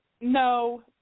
No